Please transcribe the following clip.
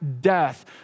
death